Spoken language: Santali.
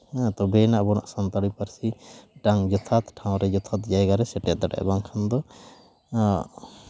ᱛᱚᱵᱮᱭᱟᱱᱟᱜ ᱥᱟᱱᱛᱟᱲᱤ ᱯᱟᱹᱨᱥᱤ ᱢᱤᱫᱴᱟᱝ ᱡᱚᱛᱷᱟᱛ ᱴᱷᱟᱶᱨᱮ ᱡᱚᱛᱷᱟᱛ ᱡᱟᱭᱜᱟᱨᱮ ᱥᱮᱴᱮᱨ ᱫᱟᱲᱮᱭᱟᱜᱼᱟ ᱵᱟᱝᱠᱷᱟᱱ ᱫᱚ ᱱᱚᱣᱟ